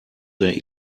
they